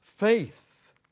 faith